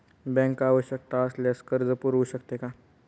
Bank आवश्यकता असल्यावर कर्ज पुरवू शकते का?